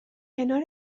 کنار